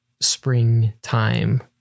springtime